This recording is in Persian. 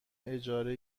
اجاره